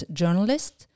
journalist